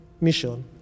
mission